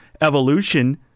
evolution